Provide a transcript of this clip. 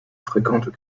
fréquente